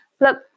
Look